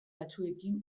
batzuekin